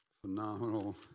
phenomenal